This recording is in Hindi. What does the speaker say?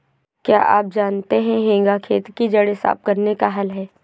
क्या आप जानते है हेंगा खेत की जड़ें साफ़ करने का हल है?